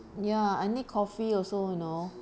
ya I need coffee also you know